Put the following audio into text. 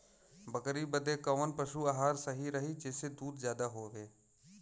बकरी बदे कवन पशु आहार सही रही जेसे दूध ज्यादा होवे?